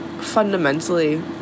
fundamentally